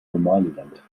somaliland